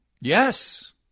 Yes